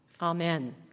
Amen